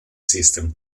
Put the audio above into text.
system